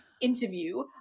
interview